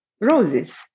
roses